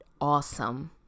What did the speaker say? awesome